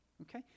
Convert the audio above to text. Okay